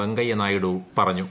വെങ്കയ്യ നായിഡു പറഞ്ഞു